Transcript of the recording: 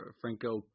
Franco